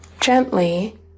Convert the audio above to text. gently